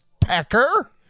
pecker